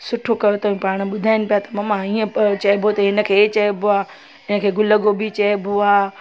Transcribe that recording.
सुठो कयो अथऊं पाण ॿुधाइनि पिया ता ममा ईअं चइबो अथई हिन खे हे चइबो आहे हिन खे गुल गोभी चइबो आहे